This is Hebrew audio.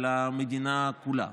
על המדינה כולה.